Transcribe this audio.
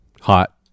hot